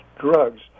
drugs